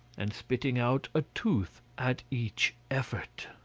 and spitting out a tooth at each effort.